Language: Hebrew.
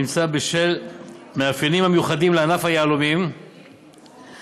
נמצא שבשל מאפיינים המיוחדים לענף היהלומים והקושי